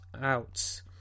out